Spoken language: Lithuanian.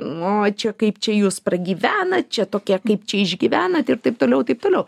o čia kaip čia jūs pragyvenat čia tokie kaip čia išgyvenat ir taip toliau ir taip toliau